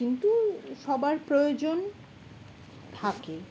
কিন্তু সবার প্রয়োজন থাকে